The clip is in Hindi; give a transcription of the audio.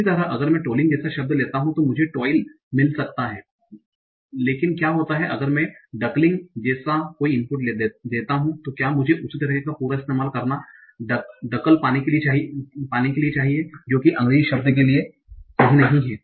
इसी तरह अगर मैं टोलिंग जैसा शब्द लेता हूं तो मुझे toil मिल सकता है लेकिन क्या होता है अगर मैं डकलिंग जैसा कोई इनपुट देता हूं तो क्या मुझे उसी तरह का पूरा इस्तेमाल करना डकल पाने के लिए चाहिए जो की अंग्रेजी शब्द के लिए सही नहीं है